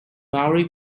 maori